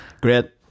Great